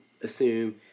assume